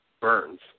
Burns